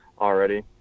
already